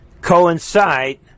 coincide